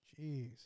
jeez